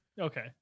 Okay